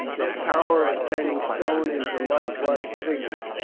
their power of turning stone into lifelike figures,